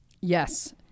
Yes